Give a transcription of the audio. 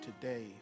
today